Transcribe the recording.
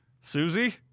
Susie